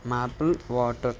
maple water